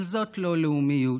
אבל זאת לא לאומיות,